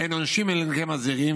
אין עונשין אלא אם כן מזהירים,